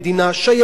לכולנו,